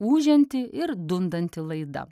ūžianti ir dundanti laida